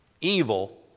evil